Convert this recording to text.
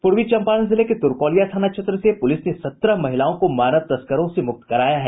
पूर्वी चंपारण जिले के तुरकोलिया थाना क्षेत्र से पुलिस ने सत्रह महिलाओं को मानव तस्करों से मुक्त कराया है